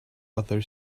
other